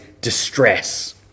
distress